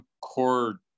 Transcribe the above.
core